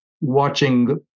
watching